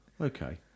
Okay